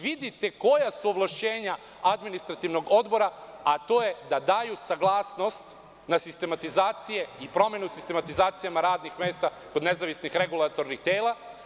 Vidite koja su ovlašćenja Administrativnog odbora, a to je da daju saglasnost na sistematizacije i promenu sistematizacijama radnih mesta kod nezavisnih regulatornih tela.